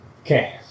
Okay